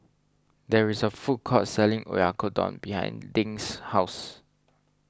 there is a food court selling Oyakodon behind Dink's house